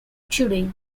today